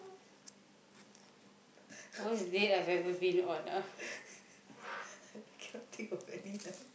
worst date i've ever been on ah